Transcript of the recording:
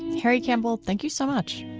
terry campbell thank you so much.